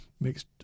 makes